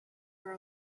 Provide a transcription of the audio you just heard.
for